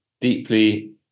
deeply